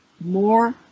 more